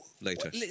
later